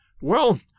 Well